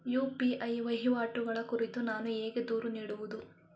UPI ವಹಿವಾಟುಗಳ ಕುರಿತು ನಾನು ಹೇಗೆ ದೂರು ನೀಡುವುದು?